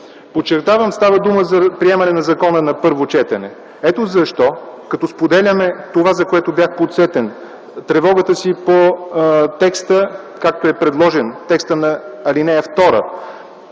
Подчертавам, става дума за приемане на закона на първо четене. Ето защо като споделям това, за което бях подсетен, тревогата си по текста, както е предложен, текстът на ал. 2,